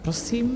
Prosím.